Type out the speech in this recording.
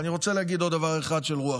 אני רוצה להגיד עוד דבר אחד של רוח.